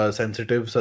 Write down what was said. sensitive